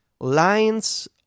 Lines